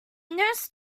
nurse